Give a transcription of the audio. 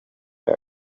egg